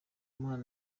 imam